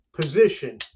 position